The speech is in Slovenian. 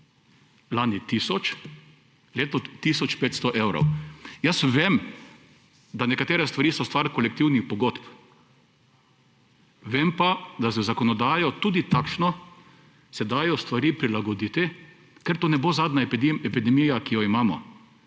lani tisoč, letos tisoč 500 evrov. Vem, da nekatere stvari so stvar kolektivnih pogodb, vem pa, da z zakonodajo, tudi takšno, se dajo stvari prilagoditi, ker to ne bo zadnja epidemija, ki jo imamo,